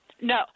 No